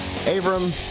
Abram